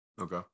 Okay